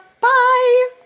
Bye